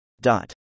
Dot